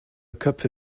köpfe